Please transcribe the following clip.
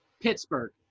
Pittsburgh